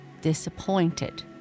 disappointed